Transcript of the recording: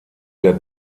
der